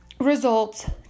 results